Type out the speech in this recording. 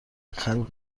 خلق